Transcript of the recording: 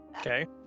Okay